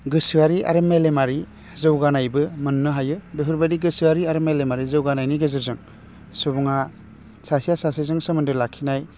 गोसोआरि आरो मेलेमारि जौगानायबो मोन्नो हायो बेफोर बायदि गोसोयारि आरो मेलेमारि जौगानायनि गेजेरजों सुबुङा सासेया सासेजों सोमोन्दो लाखिनाय